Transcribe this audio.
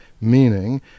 meaning